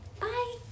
Bye